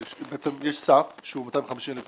יש סף שהוא 250,000 דולר.